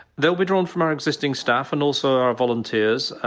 there'll be drawn from our existing staff and also our volunteers.